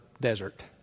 desert